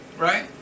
Right